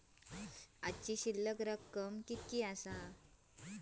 आजचो शिल्लक कीतक्या आसा?